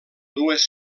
dues